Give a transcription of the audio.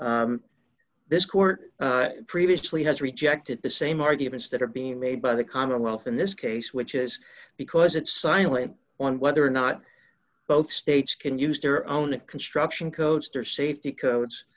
this court previously has rejected the same arguments that are being made by the commonwealth in this case which is because it's silent on whether or not both states can use their own construction coaster safety codes